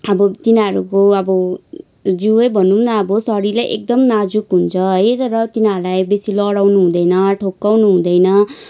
अब तिनीहरूको अब जीवै भनौँ न अब शरीरै एकदम नाजुक हुन्छ हैर तिनीहरूलाई बेसी लडाउनु हुँदैन ठोक्काउनु हुँदैन